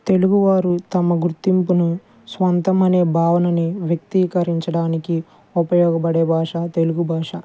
తెలుగు వారు తమ గుర్తింపును స్వంతం అనే భావనని వ్యక్తీకరించడానికి ఉపయోగపడే భాష తెలుగు భాష